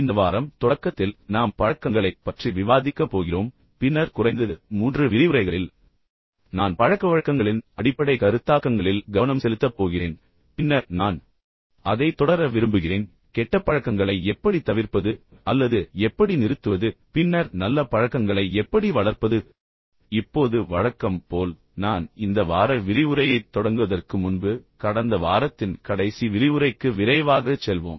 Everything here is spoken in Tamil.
இந்த வாரம் தொடக்கத்தில் நாம் பழக்கங்களைப் பற்றி விவாதிக்கப் போகிறோம் பின்னர் குறைந்தது மூன்று விரிவுரைகளில் நான் பழக்கவழக்கங்களின் அடிப்படை கருத்தாக்கங்களில் கவனம் செலுத்தப் போகிறேன் பின்னர் நான் அதைத் தொடர விரும்புகிறேன் கெட்ட பழக்கங்களை எப்படி தவிர்ப்பது அல்லது எப்படி நிறுத்துவது பின்னர் நல்ல பழக்கங்களை எப்படி வளர்ப்பது இப்போது வழக்கம் போல் நான் இந்த வார விரிவுரையைத் தொடங்குவதற்கு முன்பு கடந்த வாரத்தின் கடைசி விரிவுரைக்கு விரைவாகச் செல்வோம்